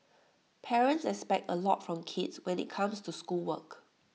parents expect A lot from kids when IT comes to schoolwork